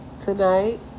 tonight